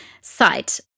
site